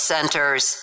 Centers